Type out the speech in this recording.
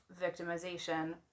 victimization